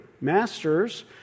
Masters